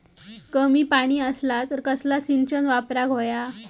कमी पाणी असला तर कसला सिंचन वापराक होया?